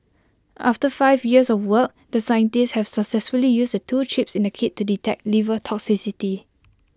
after five years of work the scientists have successfully used the two chips in the kit to detect liver toxicity